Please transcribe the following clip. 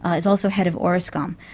ah is also head of orascom.